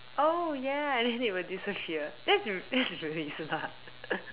oh ya and then they will disappear that's r~ that's really smart